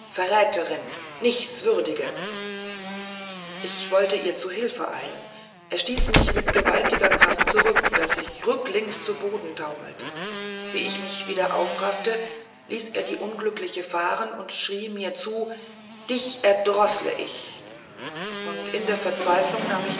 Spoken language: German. verräterin nichtswürdige ich wollte ihr zu hilfe eilen er stieß mich mit gewaltiger kraft zurück daß ich rücklings zu boden taumelte wie ich mich wieder aufraffte ließ er die unglückliche fahren und schrie mir zu dich erdroßle ich in der verzweiflung nahm ich